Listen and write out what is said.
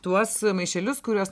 tuos maišelius kuriuos